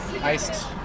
iced